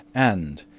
and,